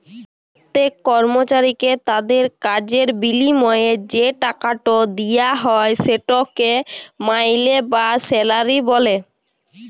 প্যত্তেক কর্মচারীকে তাদের কাজের বিলিময়ে যে টাকাট দিয়া হ্যয় সেটকে মাইলে বা স্যালারি ব্যলে